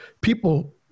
People